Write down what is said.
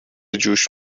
جوش